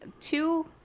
two